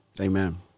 Amen